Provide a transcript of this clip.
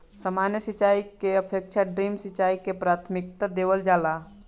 सामान्य सिंचाई के अपेक्षा ड्रिप सिंचाई के प्राथमिकता देवल जाला